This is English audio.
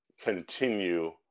continue